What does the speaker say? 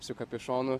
su kapišonu